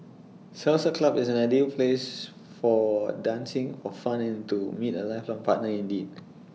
salsa club is an ideal place for dancing for fun and to meet A lifelong partner indeed